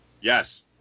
Yes